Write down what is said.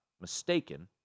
mistaken